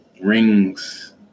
rings